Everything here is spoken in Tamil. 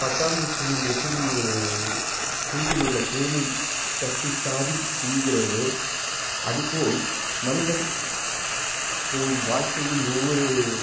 பட்டாம்பூச்சியில் எப்படி ஒரு பூவிலுள்ள தேனை தத்தித்தாவி உண்கிறதோ அதுபோல் மனிதன் வாழ்க்கையில் ஒவ்வொரு